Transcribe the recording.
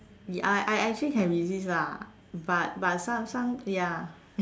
I I actually can resist lah but but some some ya